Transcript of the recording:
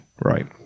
Right